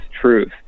truth